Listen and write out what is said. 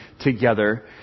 together